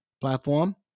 platform